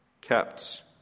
kept